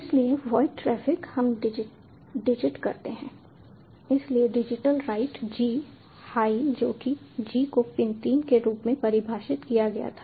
इसलिए void traffic हम digit करते हैं इसलिए digitalWrite g हाई जो कि g को पिन 3 के रूप में परिभाषित किया गया था